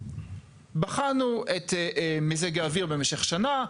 בחנו את מזג האוויר במשך שנה,